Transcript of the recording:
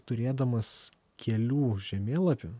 turėdamas kelių žemėlapį